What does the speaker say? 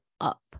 up